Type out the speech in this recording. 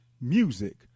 music